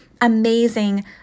amazing